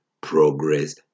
progress